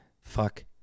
Fuck